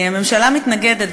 הממשלה מתנגדת,